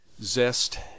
Zest